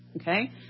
Okay